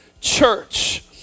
church